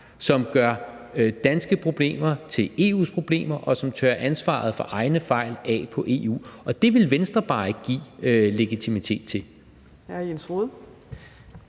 som gør danske problemer til EU's problemer, og som tørrer ansvaret for egne fejl af på EU. Og det vil Venstre bare ikke give legitimitet til. Kl. 14:49 Fjerde